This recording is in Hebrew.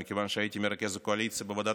מכיוון שהייתי מרכז הקואליציה בוועדת